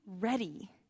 ready